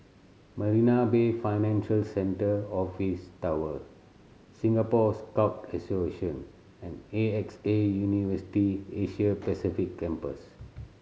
Marina Bay Financial Centre Office Tower Singapore Scout Association and A X A University Asia Pacific Campus